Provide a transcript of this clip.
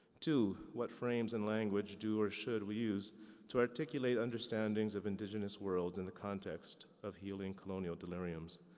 two, what frames and language do or should we use to articulate understandings of indigenous worlds in the context of healing colonial deliriums?